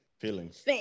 feelings